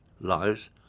lives